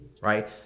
right